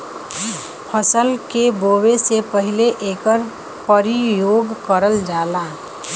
फसल के बोवे से पहिले एकर परियोग करल जाला